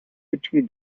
between